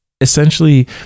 essentially